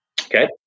Okay